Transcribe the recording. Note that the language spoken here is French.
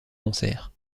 concerts